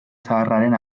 zaharraren